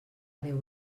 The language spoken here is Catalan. déu